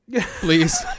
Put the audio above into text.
Please